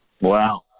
Wow